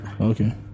Okay